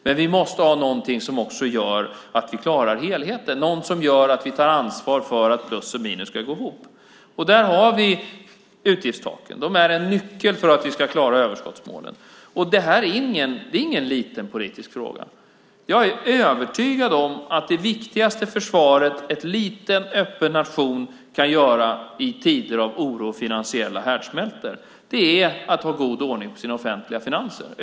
Men vi måste ha någonting som också gör att vi klarar helheten, någon som gör att vi tar ansvar för att plus och minus ska gå ihop. Där har vi utgiftstaken. De är en nyckel för att vi ska klara överskottsmålen. Det här är ingen liten politisk fråga. Jag är övertygad om att det viktigaste försvaret en liten öppen nation kan ha i tider av oro och finansiella härdsmältor är god ordning på sina offentliga finanser.